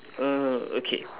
uh okay